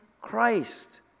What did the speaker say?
Christ